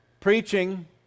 Preaching